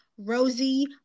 Rosie